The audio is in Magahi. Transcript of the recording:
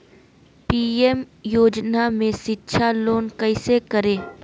पी.एम योजना में शिक्षा लोन कैसे करें?